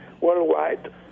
worldwide